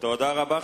תודה רבה,